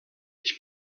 ich